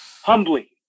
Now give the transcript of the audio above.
humbly